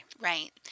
Right